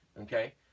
Okay